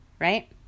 right